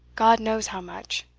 god knows how much.